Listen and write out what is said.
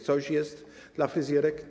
Coś jest dla fryzjerek?